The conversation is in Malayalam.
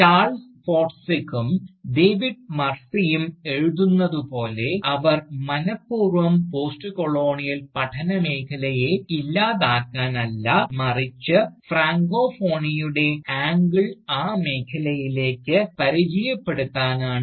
ചാൾസ് ഫോർസ്ഡിക്കും ഡേവിഡ് മർഫിയും എഴുതുന്നതുപോലെ അവർ മനഃപൂർവ്വം പോസ്റ്റ്കൊളോണിയൽ പഠന മേഖലയെ ഇല്ലാതാക്കാനല്ല മറിച്ച് ഫ്രാങ്കോഫോണിയുടെ ആംഗിൾ ആ മേഖലയിലേക്ക് പരിചയപ്പെടുത്താനാണ്